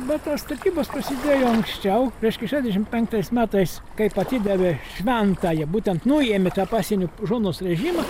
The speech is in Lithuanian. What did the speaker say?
bet tos statybos prasidėjo anksčiau reiškia šešdešim penktais metais kaip atidavė šventąją būtent nuėmė tą pasienio žonos rėžimą